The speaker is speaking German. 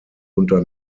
unter